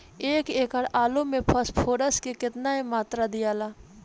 एक एकड़ आलू मे फास्फोरस के केतना मात्रा दियाला?